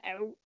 out